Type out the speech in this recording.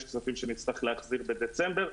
יש כספים שנצטרך להחזיר בדצמבר.